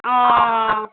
ओ